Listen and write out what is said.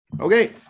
Okay